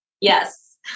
yes